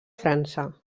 frança